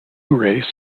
race